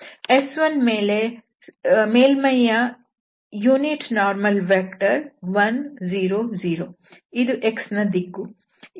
S1 ಮೇಲ್ಮೈ ಯ ಏಕಾಂಶ ಲಂಬ ಸದಿಶ ವು 1 0 0